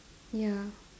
ya